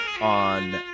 On